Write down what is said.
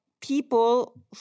people